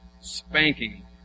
spanking